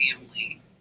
family